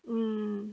mm